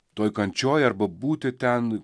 toj kančioj arba būti ten